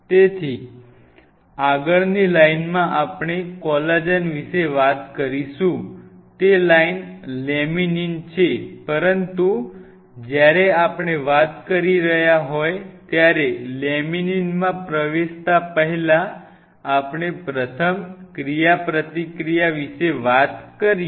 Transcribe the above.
તેથી આગળની લાઇનમાં આપણે કોલાજન વિશે વાત કરીશું તે લાઇન લેમિનીન છે પરંતુ જ્યારે આપણે વાત કરી રહ્યા હોય ત્યારે લેમિનીનમાં પ્રવેશતા પહેલા આપણે પ્રથમ ક્રિયાપ્રતિક્રિયા વિશે વાત કરીએ